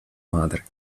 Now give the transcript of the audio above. madre